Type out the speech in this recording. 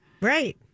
right